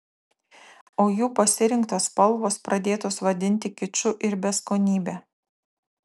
o jų pasirinktos spalvos pradėtos vadinti kiču ir beskonybe